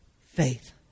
faith